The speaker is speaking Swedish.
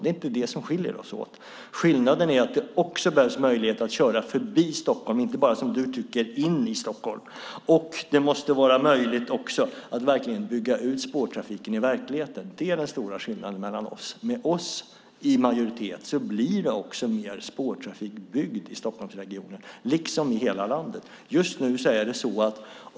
Det är inte där vi skiljer oss åt. Skillnaden mellan oss är att man måste ha möjlighet att köra förbi Stockholm, inte bara, som Karin Svensson Smith anser, in till Stockholm. Det måste dessutom vara möjligt att bygga ut spårtrafiken i verkligheten. Det är den stora skillnaden mellan oss. Med oss i majoritet blir mer spårtrafik byggd i Stockholmsregionen, liksom i hela landet.